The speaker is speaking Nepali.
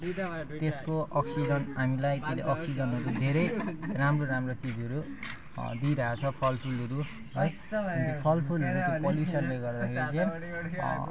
त्यसको अक्सिजन हामीलाई के अरे अक्सिजनहरू धेरै राम्रो राम्रो चिजहरू दिइरहेको छ फलफुलहरू है फलफुलहरू त्यो पोल्युसनले गर्दाखेरि चाहिँ